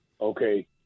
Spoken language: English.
Okay